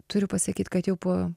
turiu pasakyt kad jau po